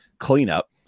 cleanup